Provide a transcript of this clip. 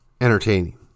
entertaining